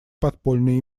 подпольной